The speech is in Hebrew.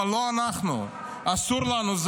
אבל לא אנחנו, אסור לנו.